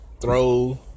throw